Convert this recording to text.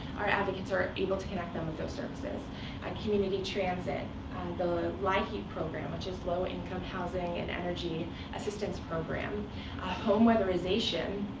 our advocates are able to connect them with those services community transit the like liheap program, which is low income housing and energy assistance program ah home weatherization,